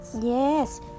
Yes